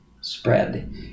spread